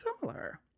similar